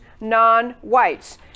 non-whites